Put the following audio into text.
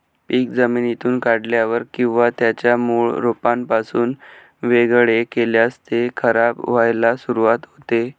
पीक जमिनीतून काढल्यावर किंवा त्याच्या मूळ रोपापासून वेगळे केल्यास ते खराब व्हायला सुरुवात होते